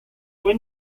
poan